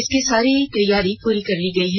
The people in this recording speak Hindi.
इसकी सारी तैयारी पूरी कर ली गई है